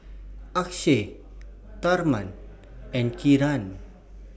Akshay Tharman and Kiran